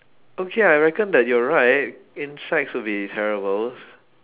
okay I reckon that you're right insects will be terrible